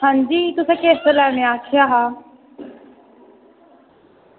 हां जी तुसें केसर लैने आखेआ हा